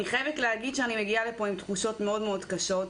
אני חייבת להגיד שאני מגיעה לפה עם תחושות מאוד קשות.